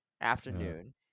afternoon